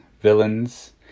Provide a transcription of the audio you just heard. villains